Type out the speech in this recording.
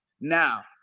Now